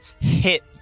hit